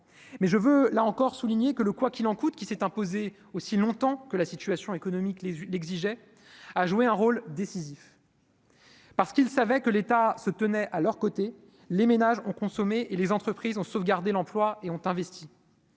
mais je veux l'encore souligné que le quoi qu'il en coûte, qui s'est imposé aussi longtemps que la situation économique, les l'exigeait, a joué un rôle décisif. Parce qu'il savait que l'État se tenait à leurs côtés, les ménages ont consommé et les entreprises ont sauvegarder l'emploi et ont investi.